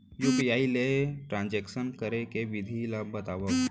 UPI ले transaction करे के विधि ला बतावव?